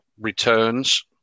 returns